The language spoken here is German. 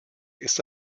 ist